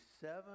seven